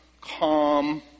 calm